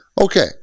Okay